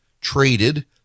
traded